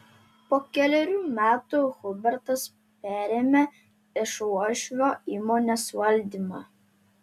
po kelerių metų hubertas perėmė iš uošvio įmonės valdymą